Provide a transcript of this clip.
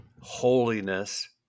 holiness